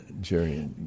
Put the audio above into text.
Jerry